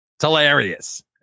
hilarious